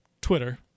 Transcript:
Twitter